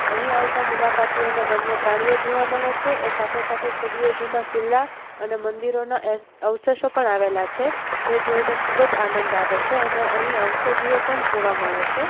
અહીં આવતા મુલાકાતીઓને વન્ય પ્રાણીઓ જોવા મળે છે એ સાથે સાથે સદીઓ જૂના કિલ્લા અને મંદિરોનાં અવશેષો પણ આવેલાં છે જે જોઈને ખૂબ જ આનંદ આવે છે અને અહીં ઔષધિઓ પણ જોવા મળે છે